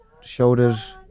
shoulders